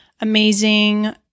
amazing